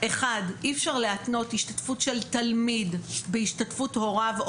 אחד אי אפשר להתנות השתתפות של תלמיד בהשתתפות הוריו,